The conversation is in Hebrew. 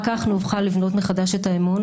רק כך נוכל לבנות מחדש את האמון,